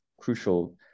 crucial